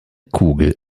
kugel